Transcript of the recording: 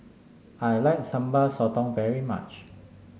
I like Sambal Sotong very much